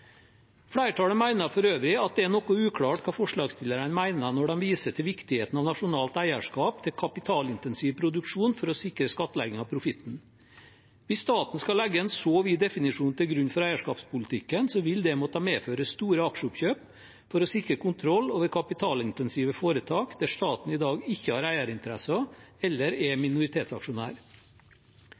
Flertallet mener for øvrig at det er noe uklart hva forslagsstillerne mener når de viser til viktigheten av nasjonalt eierskap til kapitalintensiv produksjon for å sikre skattlegging av profitten. Hvis staten skal legge en så vid definisjon til grunn for eierskapspolitikken, vil det måtte medføre store aksjeoppkjøp for å sikre kontroll over kapitalintensive foretak der staten i dag ikke har eierinteresser eller er minoritetsaksjonær.